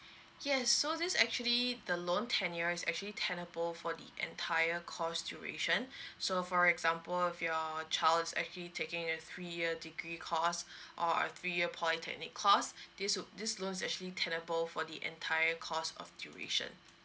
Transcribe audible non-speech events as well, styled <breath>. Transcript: yes so this actually the loan tenure is actually tenable for the entire course duration <breath> so for example of your child is actually taking a three year degree course or a three year polytechnic course this would this loans is actually tenable for the entire course of duration